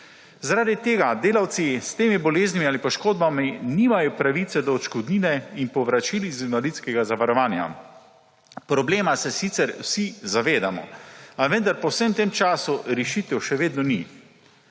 Zaradi tega delavci s temi boleznimi ali poškodbami nimajo pravice do odškodnine in povračil iz invalidskega zavarovanja. Problema se sicer vsi zavedamo, a vendar po vsem tem času rešitev še vedno ni.